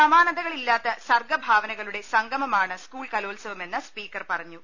സമാനതകളില്ലാത്ത സർഗ്ഗഭാവനകളുടെ സംഗമമാണ് സ്കൂൾ കലോത്സവമെന്ന് സ്പീക്കർ പറഞ്ഞു